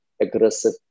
aggressive